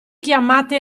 chiamate